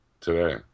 today